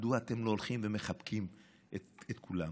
מדוע אתם לא הולכים ומחבקים את כולם?